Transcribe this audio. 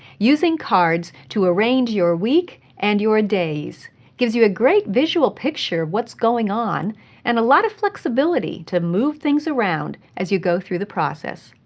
using cards to arrange your week and your days gives you a great visual picture of what's going on and a lot of flexibility to move things around as you go through the process.